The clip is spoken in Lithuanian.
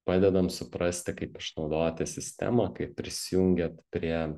padedam suprasti kaip išnaudoti sistemą kai prisijungiat prie